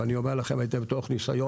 ואני אומר לכם את זה מתוך ניסיון,